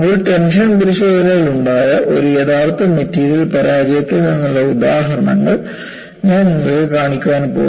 ഒരു ടെൻഷൻ പരിശോധനയിൽ ഉണ്ടായ ഒരു യഥാർത്ഥ മെറ്റീരിയൽ പരാജയത്തിൽ നിന്നുള്ള ഉദാഹരണങ്ങൾ ഞാൻ നിങ്ങൾക്ക് കാണിക്കാൻ പോകുന്നു